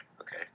okay